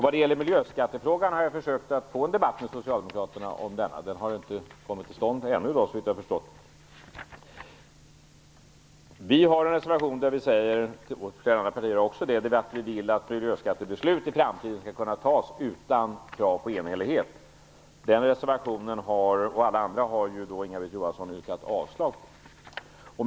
Vad gäller miljöskattefrågan har jag försökt få en debatt med Socialdemokraterna. Den har ännu inte kommit till stånd, såvitt jag förstått. Vi har en reservation där vi säger att miljöskattebeslut i framtiden skall kunna fattas utan krav på enhällighet. Den reservationen - och alla andra reservationer - har Inga-Britt Johansson yrkat avslag på.